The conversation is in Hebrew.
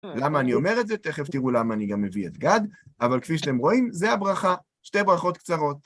למה אני אומר את זה? תכף תראו למה אני גם מביא את גד, אבל כפי שאתם רואים, זה הברכה, שתי ברכות קצרות.